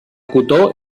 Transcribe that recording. cotó